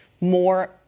more